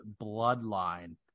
bloodline